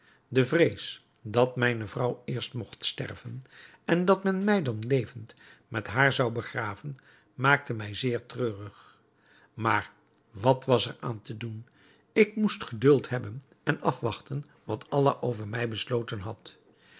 de vrees dat mijne vrouw eerst mogt sterven en dat men mij dan levend met haar zou begraven maakte mij zeer treurig maar wat was er aan te doen ik moest geduld hebben en afwachten wat allah over mij besloten had